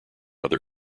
other